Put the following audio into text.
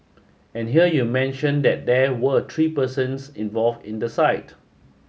and here you mention that there were three persons involved in the site